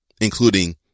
including